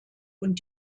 und